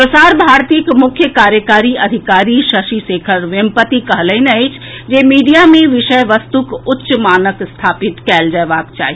प्रसार भारतीक मुख्य कार्यकारी अधिकारी शशि शेखर वेम्पति कहलनि अछि जे मीडिया मे विषय वस्तुक उच्च मानक स्थापित कयल जयबाक चाहि